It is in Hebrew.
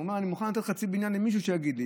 הוא אמר: אני מוכן לתת חצי בניין למישהו שיגיד לי.